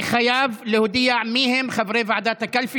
אני חייב להודיע מיהם חברי ועדת הקלפי,